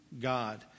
God